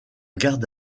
garde